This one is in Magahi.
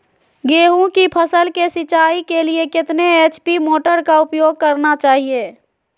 गेंहू की फसल के सिंचाई के लिए कितने एच.पी मोटर का उपयोग करना चाहिए?